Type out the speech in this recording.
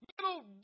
little